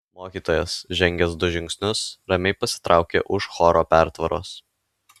mokytojas žengęs du žingsnius ramiai pasitraukė už choro pertvaros